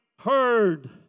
heard